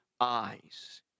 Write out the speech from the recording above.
eyes